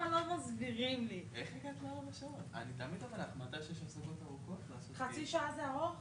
שבו יש שעות